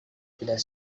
tidak